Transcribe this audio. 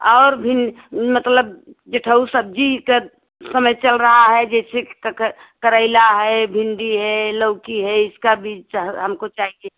और भीन मतलब गेठउ सब्ज़ी का समय चल रहा है जैसे करेला है भिंडी है लौकी है इसका भी चाह हमको चाहिए